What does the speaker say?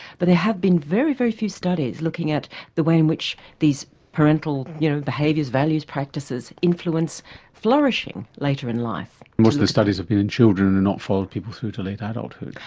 but there have been very, very few studies looking at the way in which these parental you know behaviours, values, practices influence flourishing later in life. most of the studies have been in children and not following people through to late adulthood.